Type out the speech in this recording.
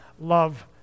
love